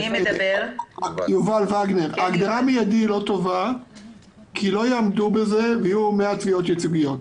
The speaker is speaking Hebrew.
המילה "מיידי" לא טובה כי לא יעמדו בזה ויהיו הרבה תביעות ייצוגיות.